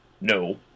No